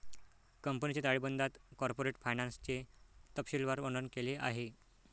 कंपनीच्या ताळेबंदात कॉर्पोरेट फायनान्सचे तपशीलवार वर्णन केले आहे